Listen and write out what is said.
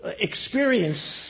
experience